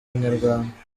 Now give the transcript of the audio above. inyarwanda